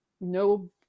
no